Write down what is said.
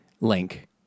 link